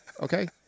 Okay